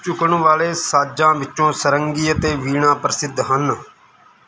ਝੁਕਣ ਵਾਲੇ ਸਾਜ਼ਾਂ ਵਿੱਚੋਂ ਸਾਰੰਗੀ ਅਤੇ ਵੀਣਾ ਪ੍ਰਸਿੱਧ ਹਨ